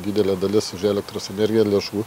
didelė dalis už elektros energiją lėšų